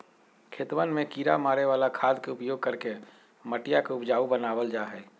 खेतवन में किड़ा मारे वाला खाद के उपयोग करके मटिया के उपजाऊ बनावल जाहई